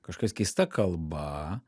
kažkokios keista kalba